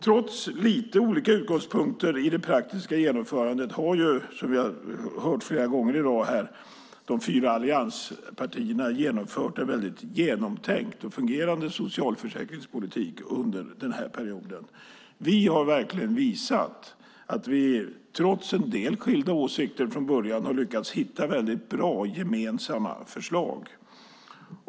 Trots lite olika utgångspunkter i det praktiska genomförandet har, som vi har hört flera gånger i dag, de fyra allianspartierna genomfört en väl genomtänkt och fungerande socialförsäkringspolitik under den här perioden. Vi har verkligen visat att vi, trots en del skilda åsikter från början, har lyckats hitta väldigt bra gemensamma förslag.